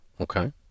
Okay